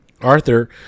Arthur